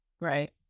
Right